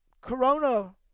corona